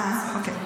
אוקיי.